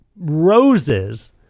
roses